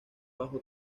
bajo